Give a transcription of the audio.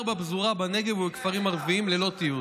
בפזורה בנגב ובכפרים ערביים ללא תיעוד.